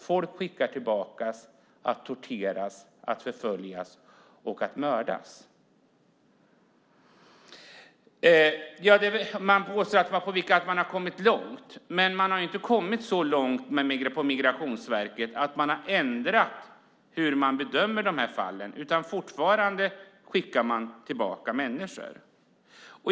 Folk skickas tillbaka för att torteras, förföljas och mördas. Det påstås att man har kommit långt, men man har inte kommit så långt på Migrationsverket att man har ändrat hur man bedömer dessa fall, utan fortfarande skickar man tillbaka människor.